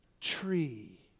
tree